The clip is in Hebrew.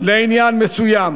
לעניין מסוים.